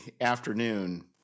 afternoon